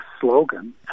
slogan